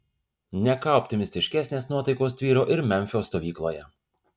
ne ką optimistiškesnės nuotaikos tvyro ir memfio stovykloje